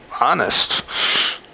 honest